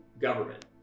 government